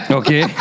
okay